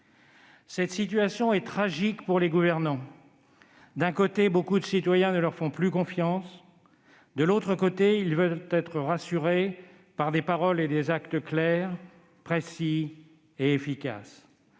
Cette situation est tragique pour les gouvernants. D'un côté, beaucoup de citoyens ne leur font plus confiance, de l'autre, ces mêmes citoyens veulent être rassurés par des paroles et des actes clairs, précis et efficaces.